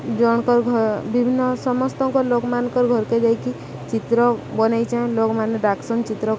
ଜଣଙ୍କ ଘ ବିଭିନ୍ନ ସମସ୍ତଙ୍କ ଲୋକମାନଙ୍କର ଘରକେ ଯାଇକି ଚିତ୍ର ବନେଇଚେଁ ଲୋକମାନେ ଡାକ୍ସନ୍ ଚିତ୍ର